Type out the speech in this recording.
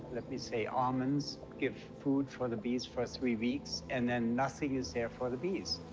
let me say almonds give food for the bees for three weeks and then nothing is there for the bees.